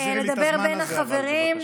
לדבר בין החברים.